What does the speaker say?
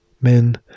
Men